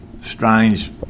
strange